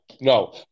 no